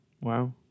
Wow